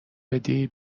بدی